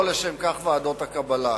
לא לשם כך הוקמו ועדות הקבלה.